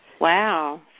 Wow